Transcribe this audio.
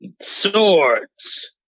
swords